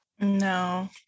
No